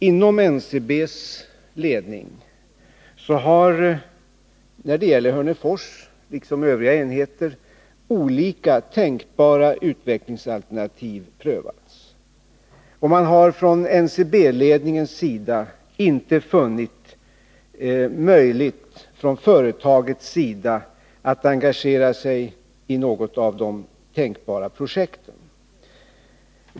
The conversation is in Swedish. Inom NCB:s ledning har man emellertid, när det gäller Hörnefors liksom övriga enheter, prövat olika tänkbara utvecklingsalternativ. Ledningen har inte funnit det möjligt att från företagets sida engagera sig i något av de tänkbara projekten.